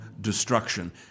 destruction